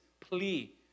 plea